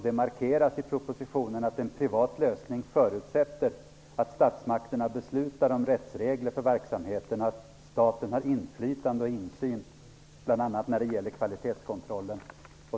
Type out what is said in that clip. Det markeras i propositionen att en privat lösning förutsätter att statsmakterna beslutar om rättsregler för verksamheten och att staten har inflytande och insyn bl.a. när det gäller kvalitetskontrollen.''